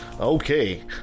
Okay